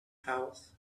house